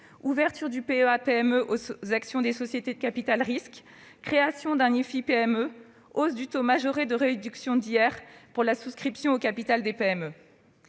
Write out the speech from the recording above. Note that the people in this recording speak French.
ouverture du PEA-PME aux actions des sociétés de capital-risque ; création d'un IFI-PME ; hausse du taux majoré de réduction d'impôt sur le revenu pour la souscription au capital des PME.